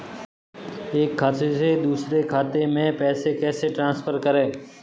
एक खाते से दूसरे खाते में पैसे कैसे ट्रांसफर करें?